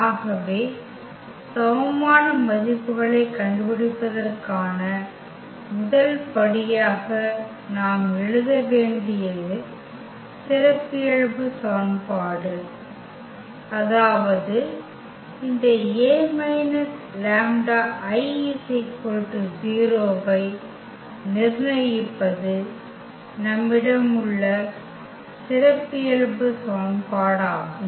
ஆகவே சமமான மதிப்புகளைக் கண்டுபிடிப்பதற்கான முதல் படியாக நாம் எழுத வேண்டிய சிறப்பியல்பு சமன்பாடு அதாவது இந்த A λI 0 ஐ நிர்ணயிப்பது நம்மிடம் உள்ள சிறப்பியல்பு சமன்பாடாகும்